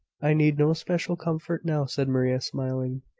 i need no special comfort now, said maria, smiling.